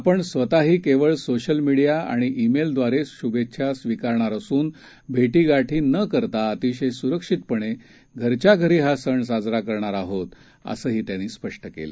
आपण स्वतःही केवळ सोशल मिडीया ईमेलद्वारे शूभेच्छा स्वीकारणार असून भेटीगाठी न करता अतिशय सुरक्षितपणे घरच्या घरी हा सण साजरा करणार आहोत असंही त्यांनी स्पष्ट केलं